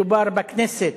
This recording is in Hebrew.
מדובר בכנסת